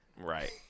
Right